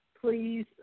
please